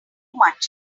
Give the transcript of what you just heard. much